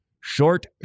Short